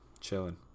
Chilling